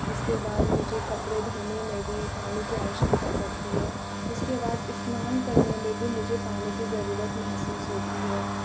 उसके बाद मुझे कपड़े धोने में भी मुझे पानी की आवश्यकता पड़ती है उसके बाद स्नान करने भी मुझे पानी की ज़रुरत महसूस होती है